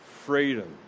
freedom